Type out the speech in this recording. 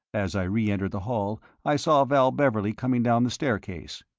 as i reentered the hall i saw val beverley coming down the staircase.